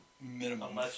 Minimum